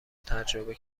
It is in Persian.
تجربه